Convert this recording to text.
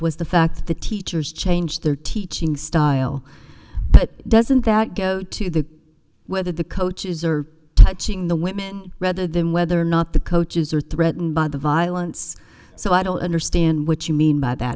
was the fact that the teachers changed their teaching style doesn't that go to the whether the coaches are touching the women rather than whether or not the coaches are threatened by the violence so i don't understand what you mean by that